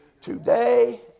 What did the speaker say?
today